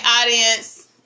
audience